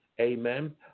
Amen